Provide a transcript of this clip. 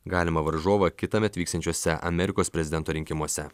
galimą varžovą kitąmet vyksiančiuose amerikos prezidento rinkimuose